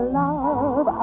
love